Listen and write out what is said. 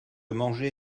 manger